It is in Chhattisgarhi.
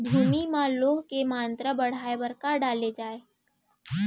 भूमि मा लौह के मात्रा बढ़ाये बर का डाले जाये?